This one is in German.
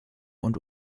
und